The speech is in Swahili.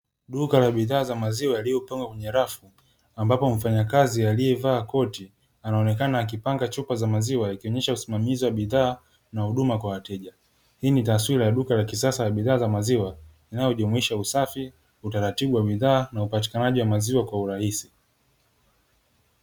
Duka la bidhaa za maziwa yaliyopangwa kwenye rafu, ambapo mfanyakazi aliyevaa koti anaonekana akipanga chupa za maziwa, ikionyesha usimamizi wa bidhaa na huduma kwa wateja. Hii ni taswira ya duka la kisasa la bidhaa za maziwa zinazojumuisha usafi, utaratibu wa bidhaa na upatikanaji wa maziwa kwa urahisi.